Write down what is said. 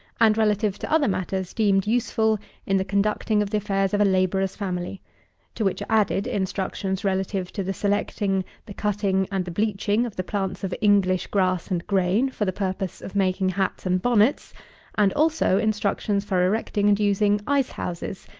and relative to other matters deemed useful in the conducting of the affairs of a labourer's family to which are added, instructions relative to the selecting, the cutting and the bleaching of the plants of english grass and grain, for the purpose of making hats and bonnets and also instructions for erecting and using ice-houses,